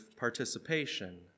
participation